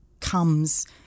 comes